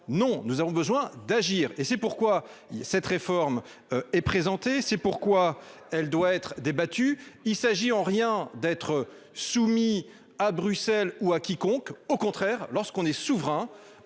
non. Nous avons besoin d'agir, et c'est pourquoi cette réforme est présenté, c'est pourquoi elle doit être débattue. Il s'agit en rien d'être soumis à Bruxelles ou à quiconque. Au contraire, lorsqu'on est souverain.